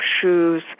shoes